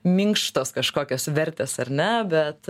minkštos kažkokios vertės ar ne bet